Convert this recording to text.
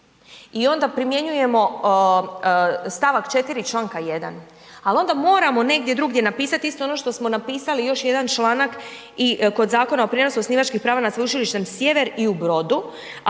i onda primjenjujemo stavak 4. čl. 1 ali onda moramo negdje drugdje napisati isto ono što smo napisali još jedan članak kod Zakona o prijenosu osnivačkih prava nad Sveučilištem Sjever i u Brodu